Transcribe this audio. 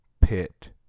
pit